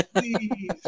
Please